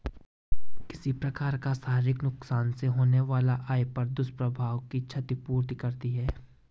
किसी प्रकार का शारीरिक नुकसान से होने वाला आय पर दुष्प्रभाव की क्षति पूर्ति करती है